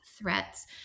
threats